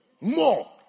more